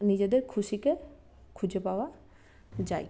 নিজেদের খুশিকে খুঁজে পাওয়া যায়